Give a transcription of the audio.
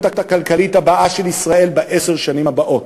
הכלכלית הבאה של ישראל בעשר השנים הבאות.